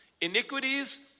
Iniquities